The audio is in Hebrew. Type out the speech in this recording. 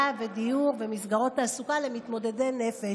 ודיור במסגרות תעסוקה למתמודדי נפש,